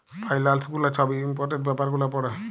ফাইলালস গুলা ছব ইম্পর্টেলট ব্যাপার গুলা পড়ে